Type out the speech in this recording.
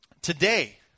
Today